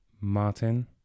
Martin